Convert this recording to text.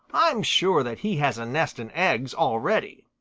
i'm sure that he has a nest and eggs already.